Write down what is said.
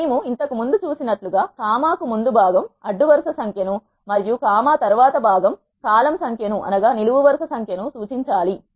మేము ఇంతకుముందు చూసినట్లుగా కామా కు ముందు భాగం అడ్డు వరుస సంఖ్య ను మరియు కామ తర్వాత భాగం కాలమ్ సంఖ్య ను సూచించాలి